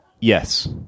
Yes